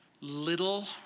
Little